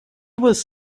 was